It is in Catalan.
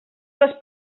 les